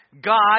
God